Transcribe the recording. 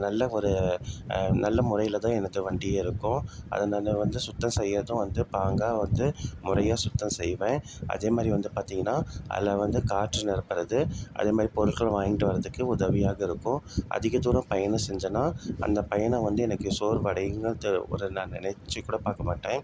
நல்ல ஒரு நல்ல முறையில் தான் எனது வண்டியே இருக்கும் அதை நான் வந்து சுத்தம் செய்கிறதும் வந்து பாங்காக வந்து முறையாக சுத்தம் செய்வேன் அதே மாதிரி வந்து பார்த்தீங்கன்னா அதில் வந்து காற்று நிரப்பறது அதே மாதிரி பொருட்களை வாங்கிட்டு வர்றத்துக்கு உதவியாக இருக்கும் அதிக தூரம் பயணம் செஞ்சோன்னால் அந்த பயணம் வந்து எனக்கு சோர்வடையுங்குது ஒரு நான் நினச்சிக் கூட பார்க்க மாட்டேன்